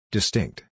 Distinct